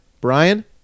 Brian